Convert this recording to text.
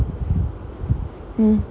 ah mmhmm